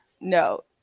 no